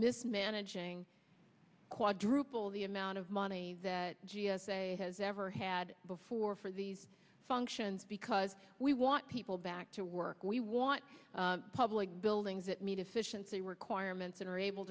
mismanaging quadruple the amount of money that g s a has ever had before for these functions because we want people back to work we want public buildings that meet efficiency requirements and are able